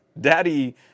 Daddy